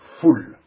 full